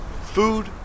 food